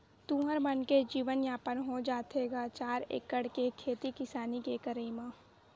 तुँहर मन के जीवन यापन हो जाथे गा चार एकड़ के खेती किसानी के करई म?